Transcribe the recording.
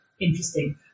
interesting